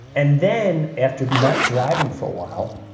and then after not driving for a while.